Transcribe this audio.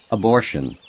abortion,